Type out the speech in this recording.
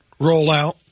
Rollout